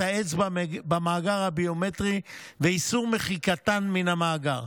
האצבע במאגר הביומטרי ואיסור מחיקתן מן המאגר,